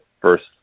first